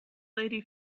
lady